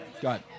Got